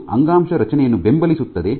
ಇದು ಅಂಗಾಂಶ ರಚನೆಯನ್ನು ಬೆಂಬಲಿಸುತ್ತದೆ